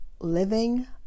living